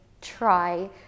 try